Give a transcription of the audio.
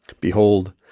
Behold